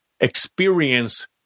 experience